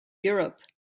europe